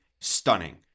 stunning